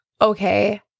okay